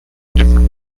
different